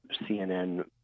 CNN